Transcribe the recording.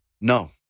No